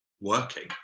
working